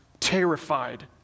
terrified